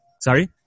sorry